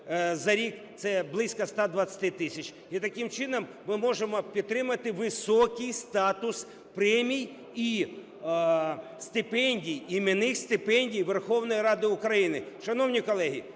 за рік – це близько 120 тисяч. І, таким чином, ми можемо підтримати високий статус премій і стипендій, іменних стипендій Верховної Ради України. Шановні колеги,